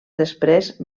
després